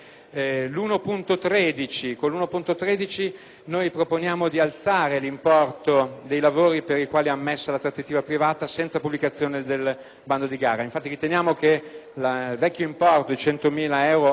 noi proponiamo di alzare l'importo dei lavori per i quali è ammessa la trattativa privata senza pubblicazione del bando di gara, poiché riteniamo che il vecchio importo di 100.000 euro sia attualmente una cifra assolutamente inadeguata